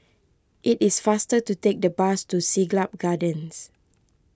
it is faster to take the bus to Siglap Gardens